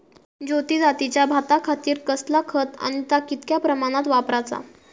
ज्योती जातीच्या भाताखातीर कसला खत आणि ता कितक्या प्रमाणात वापराचा?